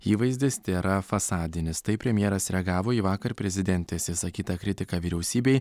įvaizdis tėra fasadinis taip premjeras reagavo į vakar prezidentės išsakytą kritiką vyriausybei